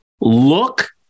look